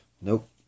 Nope